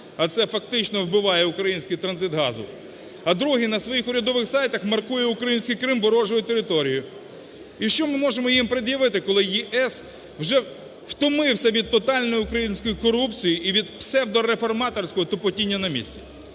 а це фактично вбиває український транзит газу, а другий на своїх урядових сайтах маркує український Крим ворожою територією. І що ми можемо їм пред'явити, коли ЄС вже втомився від тотальної української корупції і від псевдореформаторського тупотіння на місці?